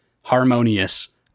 harmonious